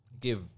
give